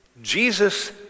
Jesus